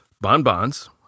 bonbons